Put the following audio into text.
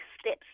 steps